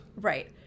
Right